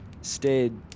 stayed